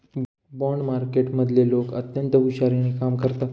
bond मार्केटमधले लोक अत्यंत हुशारीने कामं करतात